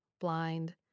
blind